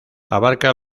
abarca